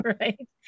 right